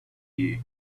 you